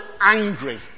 angry